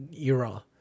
era